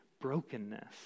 brokenness